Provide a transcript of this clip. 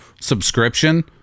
subscription